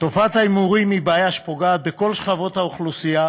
תופעת ההימורים היא בעיה שפוגעת בכל שכבות האוכלוסייה,